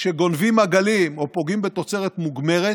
כשגונבים עגלים או פוגעים בתוצרת מוגמרת,